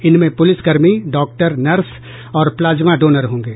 इनमें पुलिस कर्मी doctor nurse और प्लाजमा डोनर होंगे